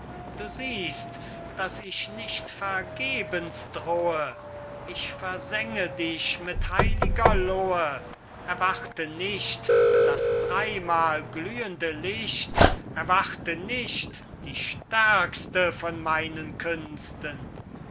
du siehst daß ich nicht vergebens drohe ich versenge dich mit heiliger lohe erwarte nicht das dreymal glühende licht erwarte nicht die stärkste von meinen künsten